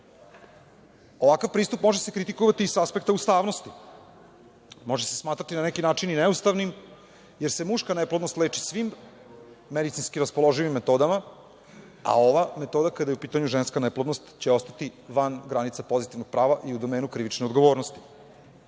Ovakav pristup može se kritikovati i sa aspekta ustavnosti, može se smatrati na neki način i neustavnim, jer se muška neplodnost leči svim medicinski raspoloživim metodama, a ova metoda kada je u pitanju ženska neplodnost će ostati van granica pozitivnog prava i u domenu krivične odgovornosti.